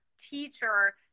teacher